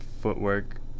footwork